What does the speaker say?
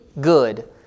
good